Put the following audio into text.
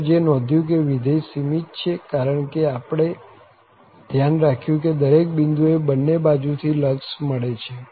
આપણે જે નોંધ્યું કે વિધેય સીમિત છે કારણ કે આપણે ધ્યાન રાખ્યું કે દરેક બિંદુ એ બંને બાજુ થી લક્ષ મળે છે